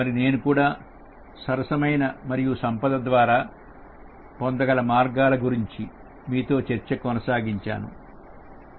మరియు నేను కూడా సరసమైన మరియు సంపద ద్వారా పొందగల మార్గాల గురించి మీతో చర్చ కొనసాగించాను